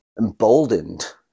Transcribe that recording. emboldened